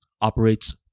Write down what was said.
operates